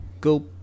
go